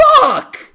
fuck